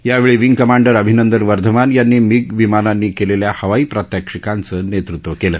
या वेळी wing commander Abhinandan Varthaman यांनी मिग विमानांनी केलेल्या हवाई प्रात्याक्षिकांचे नेतृत्व केलं